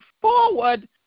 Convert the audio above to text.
forward